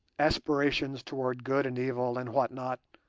aspirations towards good and evil and what not,